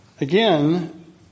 Again